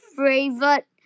favorite